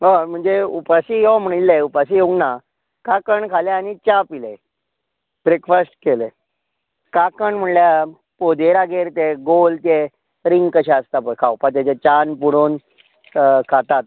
हय म्हणजे उपाशी यो म्हणिल्लें उपाशी येवंक ना काकण खालें आनी च्या पिले ब्रेकफास्ट केलें काकण म्हळ्यार पोदेरागेर गोल तें रिंग कशें आसता तें खावपाक तेजें च्यान बुडोवन खातात